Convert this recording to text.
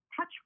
touch